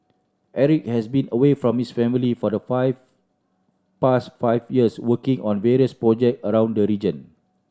Eric has been away from his family for the five past five years working on various project around the region